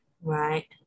Right